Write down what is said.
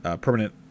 permanent